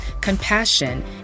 compassion